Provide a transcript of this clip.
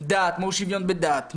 דת,